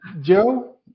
Joe